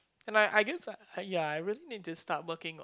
and I I guess I ya I really need to start working on